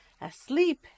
asleep